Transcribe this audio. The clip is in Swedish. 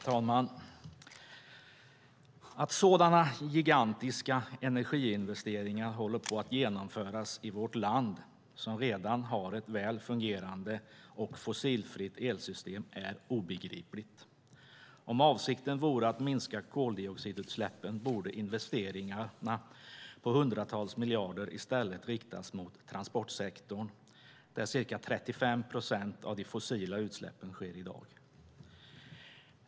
Herr talman! "Att sådana gigantiska energiinvesteringar håller på att genomföras i vårt land som redan har ett väl fungerande och fossilfritt elsystem är obegripligt. Om avsikten vore att minska koldioxidutsläppen borde investeringarna på hundratals miljarder i stället riktas mot transportsektorn där cirka 35 procent av de fossila utsläppen sker i dag."